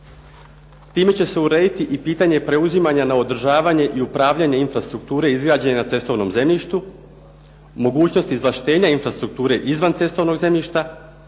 Time će se urediti i pitanja preuzimanja na održavanje i upravljanje infrastrukture izgrađene na cestovnom zemljištu, mogućnost izvlaštenja infrastrukture izvan cestovnog zemljišta,